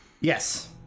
Yes